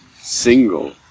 single